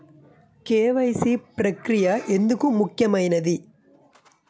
KYC ప్రక్రియ ఎందుకు ముఖ్యమైనది?